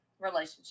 relationship